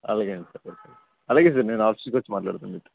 అలాగే అండి అలాగే సార్ నేను ఆఫీస్కు వచ్చి మాట్లాడతాను మీతో